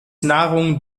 nahrung